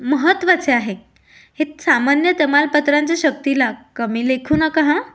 महत्त्वाचे आहे हे सामान्य तमालपत्रांच्या शक्तीला कमी लेखू नका हां